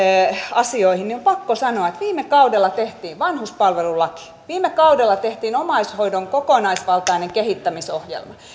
asioihin on pakko sanoa että viime kaudella tehtiin vanhuspalvelulaki viime kaudella tehtiin omaishoidon kokonaisvaltainen kehittämisohjelma